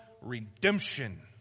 redemption